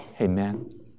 Amen